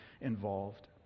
involved